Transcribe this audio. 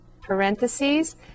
parentheses